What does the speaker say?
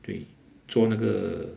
对坐那个